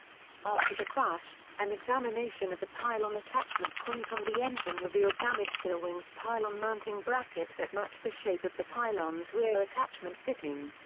after the crash, an examination of the pylon attachment points on the engine revealed damage to the wing's pylon mounting bracket that matched the shape of the pylon's rear attachment fitting.